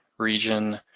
region,